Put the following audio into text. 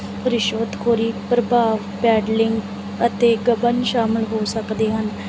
ਰਿਸ਼ਵਤਖੋਰੀ ਪ੍ਰਭਾਵ ਪੈਡਲਿੰਗ ਅਤੇ ਗਬਨ ਸ਼ਾਮਿਲ ਹੋ ਸਕਦੇ ਹਨ